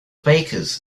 bakers